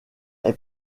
est